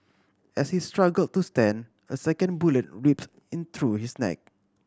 as he struggle to stand a second bullet ripped in through his neck